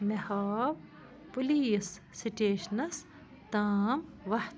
مےٚ ہاو پُلیٖس سٕٹیشنَس تام وَتھ